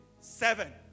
seven